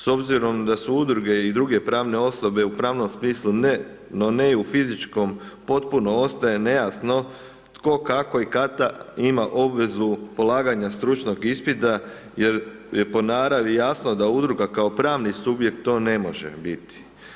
S obzirom da su udruge i druge pravne osobe u pravnom smislu no ne i u fizičkom potpuno ostaje nejasno tko, kako i kada ima obvezu polaganja stručnog ispita jer je po naravi jasno da udruga kao pravni subjekt to ne može biti.